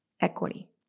equity